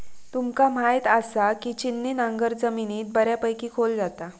तुमका म्हायत आसा, की छिन्नी नांगर जमिनीत बऱ्यापैकी खोल जाता